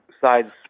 sides